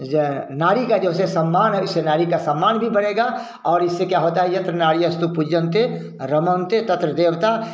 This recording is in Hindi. ये नारी का जैसे सम्मान वैसे नारी का सम्मान भी बढ़ेगा और इससे क्या होता यत्र नार्यस्तु पूज्यन्ते रमन्ते तत्र देवताः